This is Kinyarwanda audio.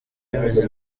bimeze